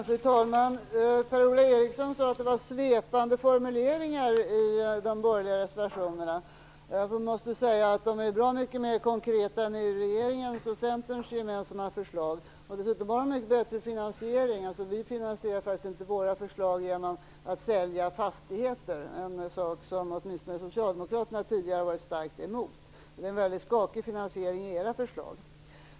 Fru talman! Per-Ola Eriksson sade att det var svepande formuleringar i de borgerliga reservationerna. Jag måste säga att de är bra mycket mer konkreta än regeringens och Centerns gemensamma förslag. Dessutom är de bättre finansierade. Vi finansierar faktiskt inte våra förslag genom att sälja fastigheter - en sak som åtminstone Socialdemokraterna tidigare har varit starkt emot. Det är en väldigt skakig finansiering i era förslag.